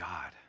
God